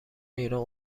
ایران